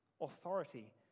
authority